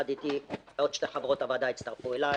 הצטרפו אליי שתי חברות הוועדה: